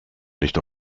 nicht